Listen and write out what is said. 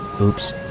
Oops